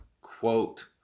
quote